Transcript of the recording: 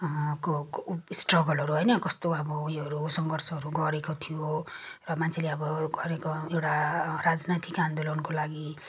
को स्ट्रगलहरू होइन कस्तो अब उयोहरू सङ्घर्षहरू गरेको थियो र मान्छेले गरेको एउटा राजनैतिक आन्दोलनको लागि